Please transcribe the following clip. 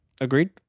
agreed